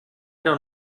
don’t